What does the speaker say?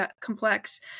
complex